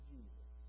Jesus